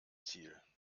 ziel